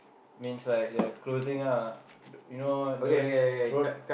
means like the clothing lah you know those road